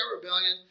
rebellion